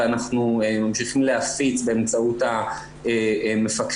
ואנחנו ממשיכים להפיץ באמצעות המפקחים